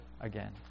again